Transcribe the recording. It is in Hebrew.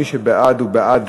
מי שבעד הוא בעד